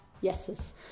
yeses